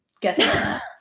Guess